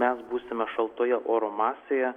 mes būsime šaltoje oro masėje